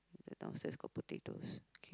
then downstairs got potatoes okay